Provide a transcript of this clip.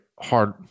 hard